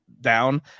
down